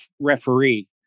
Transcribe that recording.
referee